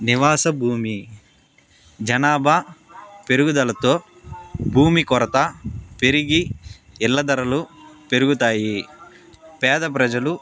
నివాస భూమి జనాభా పెరుగుదలతో భూమి కొరత పెరిగి ఇళ్ళ ధరలు పెరుగుతాయి పేద ప్రజలు